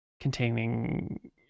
Containing